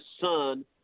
son